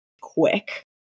quick